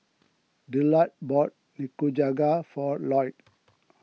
Dillard bought Nikujaga for Lloyd